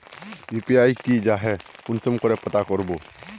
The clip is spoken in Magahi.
यु.पी.आई की जाहा कुंसम करे पता करबो?